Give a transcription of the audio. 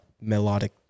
melodic